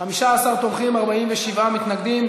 15 תומכים, 47 מתנגדים.